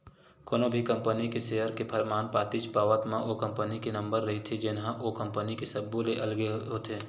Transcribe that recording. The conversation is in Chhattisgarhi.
कोनो भी कंपनी के सेयर के परमान पातीच पावत म ओ कंपनी के नंबर रहिथे जेनहा ओ कंपनी के सब्बो ले अलगे होथे